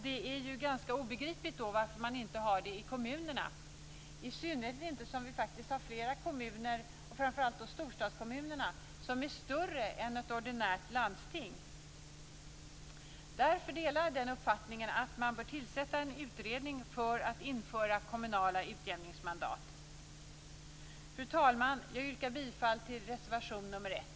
Det är då ganska obegripligt varför det inte finns i kommunerna, i synnerhet som det finns flera storstadskommuner som är större än ett ordinärt landsting. Därför delar jag uppfattningen att det bör tillsättas en utredning för att införa kommunala utjämningsmandat. Fru talman! Jag yrkar bifall till reservation nr 1.